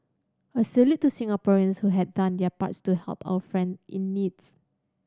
a salute to Singaporean's who had done their parts to help our friend in needs